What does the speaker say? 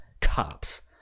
cops